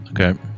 Okay